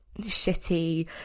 shitty